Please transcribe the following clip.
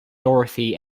dorothy